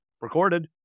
recorded